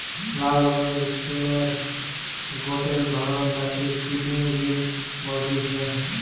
লাল রঙের সিমের গটে ধরণ যাকে কিডনি বিন বলতিছে